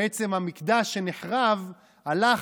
בעצם המקדש שנחרב הלך,